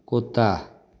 कुत्ता